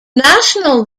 national